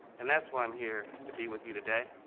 and that's why i'm here to be with you today.